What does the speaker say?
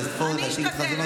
כשמציינים,